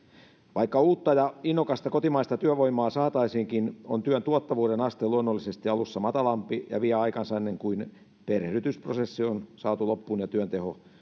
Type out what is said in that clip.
vaikka uutta ja innokasta kotimaista työvoimaa saataisiinkin on työn tuottavuuden aste luonnollisesti alussa matalampi ja vie aikansa ennen kuin perehdytysprosessi on saatu loppuun ja työn teho